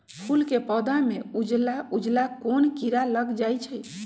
फूल के पौधा में उजला उजला कोन किरा लग जई छइ?